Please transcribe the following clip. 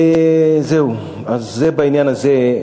זה בעניין הזה.